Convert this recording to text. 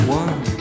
one